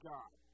God